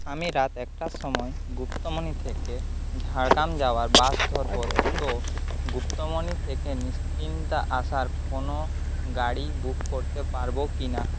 আমি রাত একটার সময় গুপ্তমনি থেকে ঝাড়গ্রাম যাওয়ার বাস ধরবো তো গুপ্তমনি থেকে নিশ্চিন্তে আসার কোনো গাড়ি বুক করতে পারবো কি না